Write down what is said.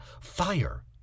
fire